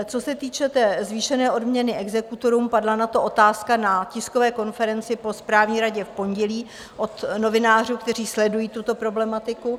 Co se týče zvýšené odměny exekutorům, padla na to otázka na tiskové konferenci po správní radě v pondělí od novinářů, kteří sledují tuto problematiku.